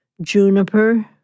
juniper